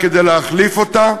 אלא כדי להחליף אותה,